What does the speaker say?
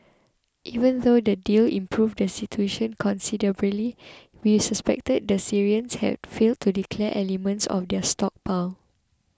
even though the deal improved the situation considerably we suspected that the Syrians had failed to declare elements of their stockpile